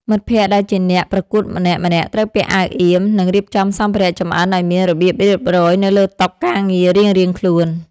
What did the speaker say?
មិត្តភក្តិដែលជាអ្នកប្រកួតម្នាក់ៗត្រូវពាក់អាវអៀម និងរៀបចំសម្ភារៈចម្អិនឱ្យមានរបៀបរៀបរយនៅលើតុការងាររៀងៗខ្លួន។